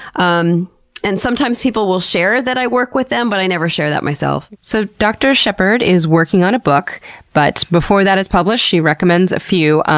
um and sometimes people will share that i work with them, but i never share that myself. so dr. shepphird is working on a book but before that is published, she recommends a few.